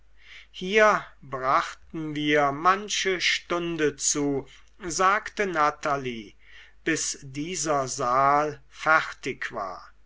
hier brachten wir manche stunde zu sagte natalie bis dieser saal fertig war